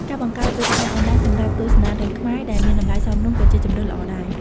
ការបង្កើតវេទិកាអនឡាញសម្រាប់ទស្សនារឿងខ្មែរដែលមានតម្លៃសមរម្យក៏ជាជម្រើសល្អដែរ។